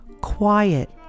quiet